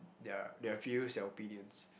their their views their opinions